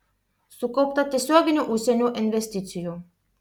sukaupta tiesioginių užsienio investicijų